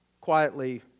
quietly